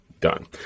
done